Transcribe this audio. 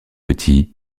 petit